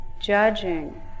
judging